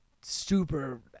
super